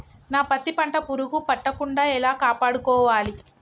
నా పత్తి పంట పురుగు పట్టకుండా ఎలా కాపాడుకోవాలి?